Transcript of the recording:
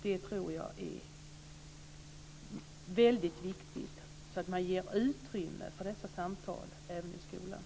Det är väldigt viktigt att man ger utrymme för dessa samtal även i skolan.